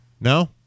No